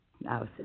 Now